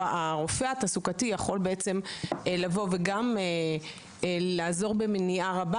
הרופא התעסוקתי יכול בעצם לבוא וגם לעזור במניעה רבה